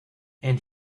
and